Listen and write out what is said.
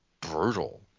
brutal